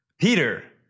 Peter